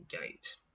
gate